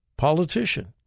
politician